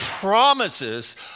promises